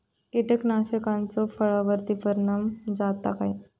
कीटकनाशकाचो फळावर्ती परिणाम जाता काय?